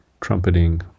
trumpeting